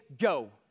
go